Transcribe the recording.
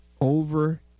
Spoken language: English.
over